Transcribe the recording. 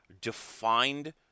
defined